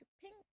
pink